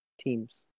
teams